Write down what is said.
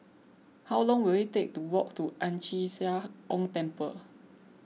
how long will it take to walk to Ang Chee Sia Ong Temple